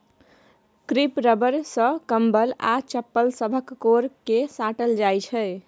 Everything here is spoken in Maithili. क्रीप रबर सँ कंबल आ चप्पल सभक कोर केँ साटल जाइ छै